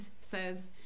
says